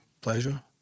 pleasure